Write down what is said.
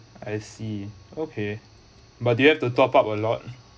I see okay but do you have to top up a lot